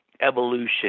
evolution